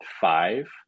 five